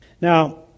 Now